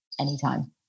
anytime